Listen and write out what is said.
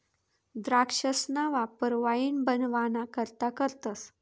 द्राक्षसना वापर वाईन बनवाना करता करतस